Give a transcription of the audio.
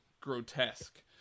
grotesque